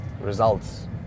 Results